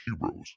heroes